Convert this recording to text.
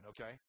okay